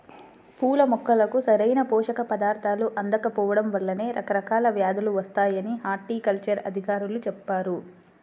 పూల మొక్కలకు సరైన పోషక పదార్థాలు అందకపోడం వల్లనే రకరకాల వ్యేదులు వత్తాయని హార్టికల్చర్ అధికారులు చెప్పారు